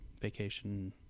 vacation